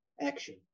action